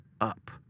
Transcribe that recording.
up